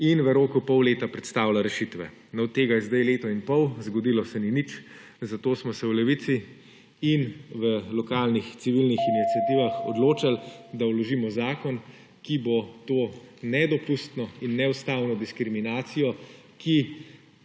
in v roku pol leta predstavila rešitve. No, od tega je zdaj leto in pol, zgodilo se ni nič, zato smo se v Levici in v lokalnih civilnih iniciativah odločili, da vložimo zakon, ki bo to nedopustno in neustavno diskriminacijo, ki